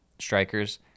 strikers